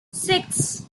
six